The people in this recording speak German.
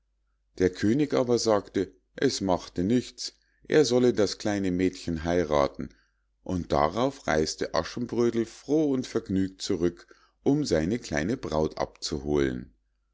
der könig aber sagte es machte nichts er solle das kleine mädchen heirathen und darauf reis'te aschenbrödel froh und vergnügt zurück um seine kleine braut abzuholen